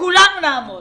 שכולנו נעמוד